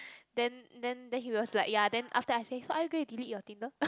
then then then he was like ya then after I say so are you going delete your Tinder